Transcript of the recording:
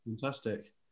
fantastic